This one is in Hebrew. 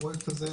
הפרויקט הזה,